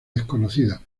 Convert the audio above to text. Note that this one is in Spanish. desconocida